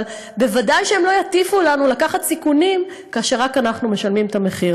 אבל ודאי שהם לא יטיפו לנו לקחת סיכונים כאשר רק אנחנו משלמים את המחיר,